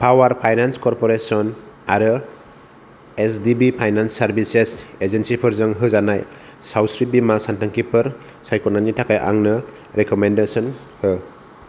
power finance corporation आरो H D B finance services एजेन्सिफोरजों होजानाय सावस्रि बीमा सानथांखिफोर सायख'नायनि थाखाय आंनो रेकमेन्देशन हो